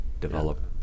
develop